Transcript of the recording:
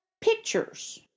pictures